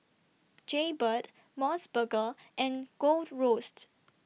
Jaybird Mos Burger and Gold Roast